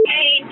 Hey